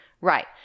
Right